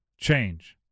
change